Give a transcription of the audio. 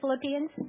Philippians